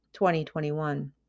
2021